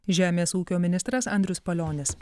žemės ūkio ministras andrius palionis